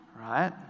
right